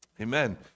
Amen